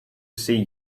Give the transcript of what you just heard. see